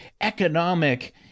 economic